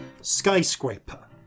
Skyscraper